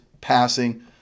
passing